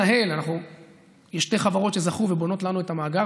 יש שתי חברות שזכו ובונות לנו את המאגר,